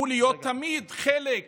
הוא להיות תמיד חלק